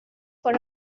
for